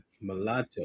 mulatto